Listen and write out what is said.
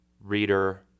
reader